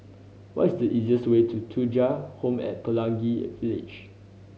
what is the easiest way to Thuja Home at Pelangi Village